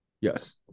Yes